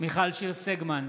מיכל שיר סגמן,